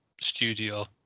studio